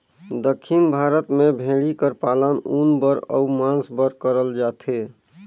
दक्खिन भारत में भेंड़ी कर पालन ऊन बर अउ मांस बर करल जाथे